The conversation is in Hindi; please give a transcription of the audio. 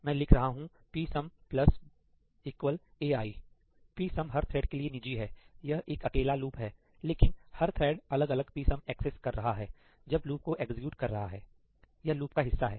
मैं लिख रहा हूं psumai psum हर थ्रेड के लिए निजी है यह एक अकेला लूप है लेकिन हर थ्रेड अलग अलग psum एक्सेस कर रहा है जब लूप को एक्जिक्यूट कर रहा है यह लूप का हिस्सा है